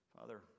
Father